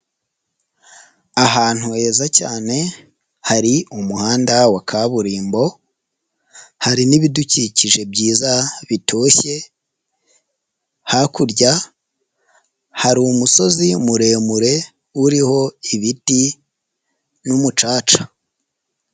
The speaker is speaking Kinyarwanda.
Ahantu heza cyane hari umuhanda wa kaburimbo hari n'ibidukikije byiza bitoshye, hakurya hari umusozi muremure uriho ibiti n'umucaca.